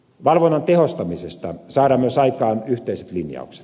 valvonnan tehostamisesta saadaan myös aikaan yhteiset linjaukset